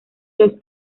los